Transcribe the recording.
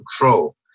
control